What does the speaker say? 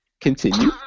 continue